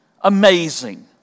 amazing